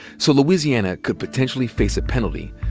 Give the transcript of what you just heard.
so louisiana could potentially face penalty,